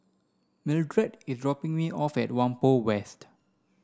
Mildred is dropping me off at Whampoa West